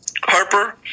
Harper